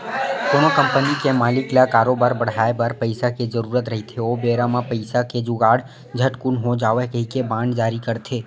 कोनो कंपनी के मालिक ल करोबार बड़हाय बर पइसा के जरुरत रहिथे ओ बेरा पइसा के जुगाड़ झटकून हो जावय कहिके बांड जारी करथे